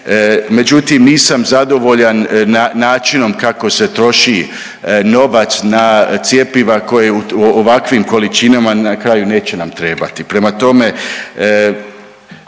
međutim nisam zadovoljan načinom kako se troši novac na cjepiva koje u ovakvim količinama na kraju neće nam trebati.